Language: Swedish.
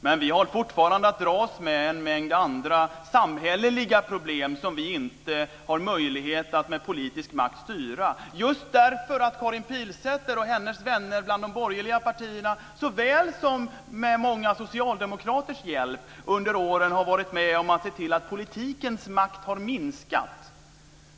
Men vi har fortfarande att dras med en mängd andra samhälleliga problem som vi inte har möjlighet att med politisk makt styra, just därför att Karin Pilsäter och hennes vänner bland de borgerliga partierna med många socialdemokraters hjälp under åren har varit med om att se till att politikens makt har minskat.